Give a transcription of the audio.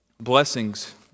blessings